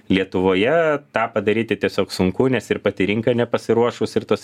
lietuvoje tą padaryti tiesiog sunku nes ir pati rinka nepasiruošus ir tos